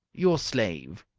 your slave!